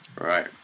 Right